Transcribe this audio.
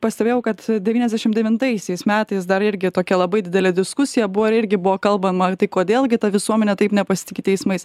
pastebėjau kad devyniasdešim devintaisiais metais dar irgi tokia labai didelė diskusija buvo ir irgi buvo kalbama tai kodėl gi ta visuomenė taip nepasitiki teismais